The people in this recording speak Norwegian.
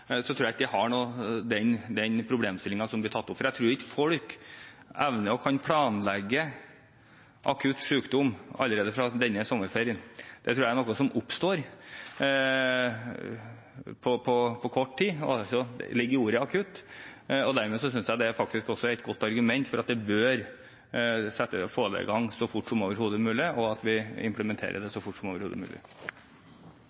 så at dette er i forbindelse med akutt sykdom. Om man gjennomfører det med en gang, eller om man venter til 2015, tror jeg ikke har noe å si for den problemstillingen som blir tatt opp. Jeg tror ikke folk evner å planlegge akutt sykdom allerede fra denne sommerferien av. Det tror jeg er noe som oppstår på kort tid – det er det som ligger i ordet «akutt». Dermed synes jeg det er et godt argument for at man bør få dette i gang så fort som overhodet mulig